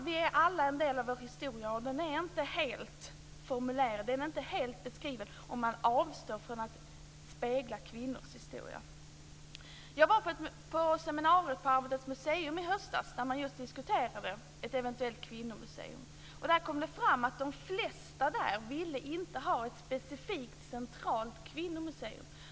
Vi är alla en del av vår historia, och den är inte helt formulerad eller beskriven om man avstår från att spegla kvinnors historia. Jag var på ett seminarium på Arbetets museum i höstas, där man just diskuterade ett eventuellt kvinnomuseum. Det kom fram att de flesta där inte ville ha ett specifikt centralt kvinnomuseum.